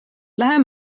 lähen